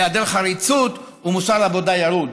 היעדר חריצות ומוסר עבודה ירוד.